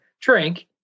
drink